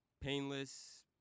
painless